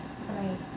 tonight